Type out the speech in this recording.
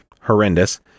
horrendous